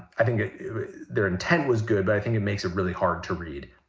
i think their intent was good, but i think it makes it really hard to read.